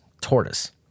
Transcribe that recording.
tortoise